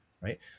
right